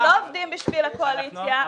אתם לא עובדים בשביל הקואליציה.